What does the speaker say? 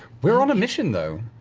we're on a mission, though.